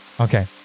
Okay